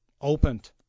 opened